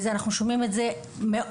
אנחנו שומעים את זה הרבה,